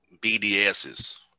BDS's